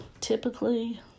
typically